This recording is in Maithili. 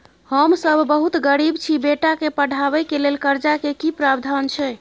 हम सब बहुत गरीब छी, बेटा के पढाबै के लेल कर्जा के की प्रावधान छै?